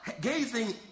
gazing